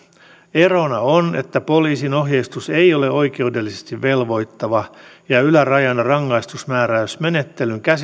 erona on että poliisin ohjeistus ei ole oikeudellisesti velvoittava ja ja ylärajana rangaistusmääräysmenettelyn